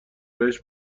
بهش